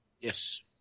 Yes